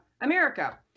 America